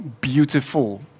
beautiful